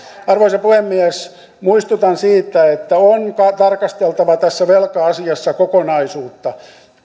arvoisa puhemies muistutan siitä että on tarkasteltava tässä velka asiassa kokonaisuutta